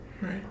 Right